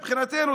מבחינתנו,